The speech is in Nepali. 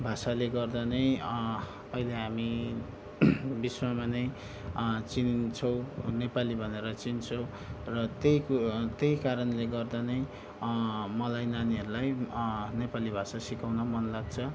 भाषाले गर्दा नै अहिले हामी विश्वमा नै चिनिन्छौँ नेपाली भनेर चिन्छौँ र त्यही त्यही कारणले गर्दा नै मलाई नानीहरूलाई नेपाली भाषा सिकाउन मन लाग्छ